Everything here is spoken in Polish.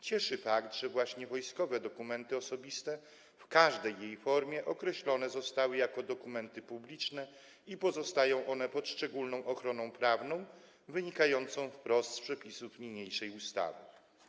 Cieszy fakt, że właśnie wojskowe dokumenty osobiste, w każdej formie, określone zostały jako dokumenty publiczne i pozostają pod szczególną ochroną prawną wynikającą wprost z przepisów niniejszej ustawy.